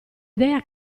idea